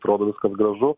atrodo viskas gražu